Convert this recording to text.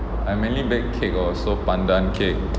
I mainly bake cake also pandan cake